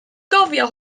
gofio